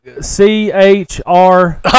C-H-R